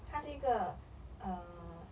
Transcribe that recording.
他是一个 uh